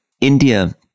India